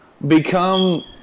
Become